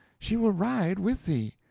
she will ride with thee.